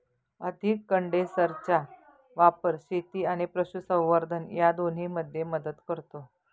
अधिक कंडेन्सरचा वापर शेती आणि पशुसंवर्धन या दोन्हींमध्ये मदत करतो